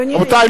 רבותי,